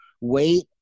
Wait